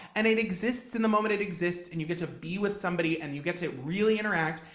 and it exists in the moment it exists and you get to be with somebody and you get to really interact,